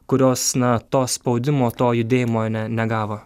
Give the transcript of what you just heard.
kurios na to spaudimo to judėjimo ne negavo